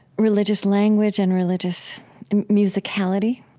religious language and religious musicality,